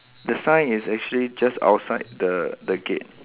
the sign is actually just outside the the gate